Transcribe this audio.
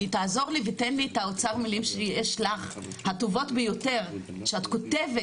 תעזור לי ותן לי את האוצר מלים שיש לך הטובות ביותר שאת כותבת,